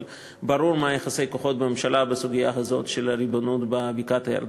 אבל ברור מה יחסי הכוחות בממשלה בסוגיה הזאת של הריבונות בבקעת-הירדן,